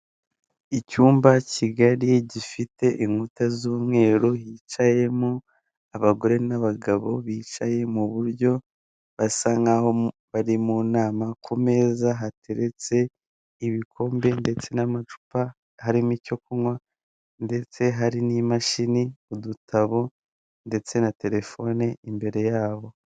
Icyumba kigari gifite inkuta z'umweru hicayemo abagore n'abagabo, bicaye mu buryo basa nkaho bari mu nama, ku meza hateretse ibikombe ndetse n'amacupa, harimo icyo kunywa ndetse hari n'imashini, udutabo ndetse na telefone imbere yabo.